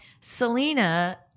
Selena